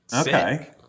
okay